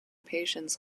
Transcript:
patients